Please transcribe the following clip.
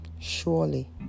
Surely